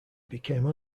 became